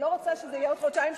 אני לא רוצה שזה יהיה בעוד חודשיים,